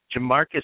Jamarcus